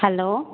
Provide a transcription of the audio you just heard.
hello